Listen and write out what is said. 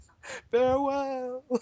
Farewell